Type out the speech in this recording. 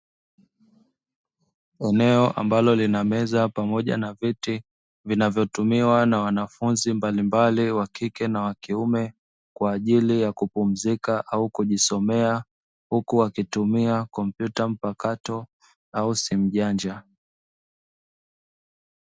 Eneo ambalo lina meza pamoja na viti vinavyotumiwa na wanafunzi mbalimbali wa kike na wa kiume kwa ajili ya kupumzika au kujisomea. Huku wakitumia kompyuta mpakato au simu janja.